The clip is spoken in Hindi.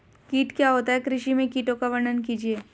कीट क्या होता है कृषि में कीटों का वर्णन कीजिए?